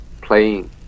playing